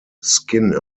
skin